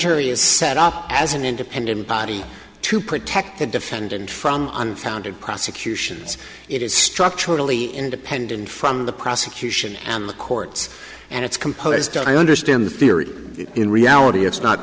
jury is set up as an independent body to protect the defendant from unfounded prosecutions it is structurally independent from the prosecution and the courts and it's composed i understand the theory in reality it's not